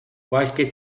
qualche